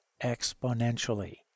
exponentially